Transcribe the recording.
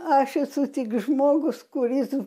aš esu tik žmogus kuris